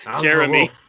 Jeremy